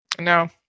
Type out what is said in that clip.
No